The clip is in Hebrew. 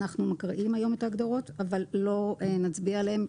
אנחנו מקריאים היום את ההגדרות אבל לא נצביע עליהן,